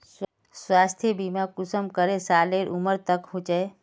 स्वास्थ्य बीमा कुंसम करे सालेर उमर तक होचए?